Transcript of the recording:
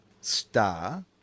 star